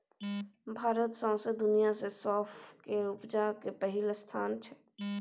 भारत सौंसे दुनियाँ मे सौंफ केर उपजा मे पहिल स्थान पर छै